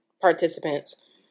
participants